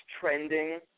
Trending